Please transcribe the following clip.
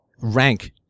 rank